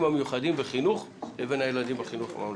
המיוחדים בחינוך לבין הילדים בחינוך הממלכתי.